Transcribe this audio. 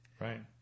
Right